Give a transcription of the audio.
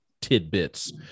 tidbits